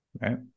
right